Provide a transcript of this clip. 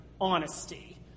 honesty